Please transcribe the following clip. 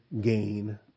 gain